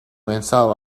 install